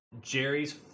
Jerry's